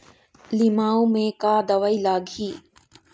लिमाऊ मे का दवई लागिही?